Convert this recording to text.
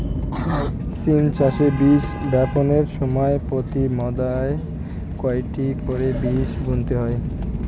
সিম চাষে বীজ বপনের সময় প্রতি মাদায় কয়টি করে বীজ বুনতে হয়?